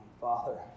Father